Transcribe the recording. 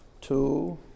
two